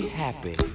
happy